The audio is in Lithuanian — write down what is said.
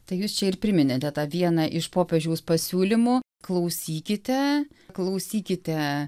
tai jūs čia ir priminėte tą vieną iš popiežiaus pasiūlymų klausykite klausykite